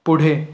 पुढे